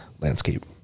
Landscape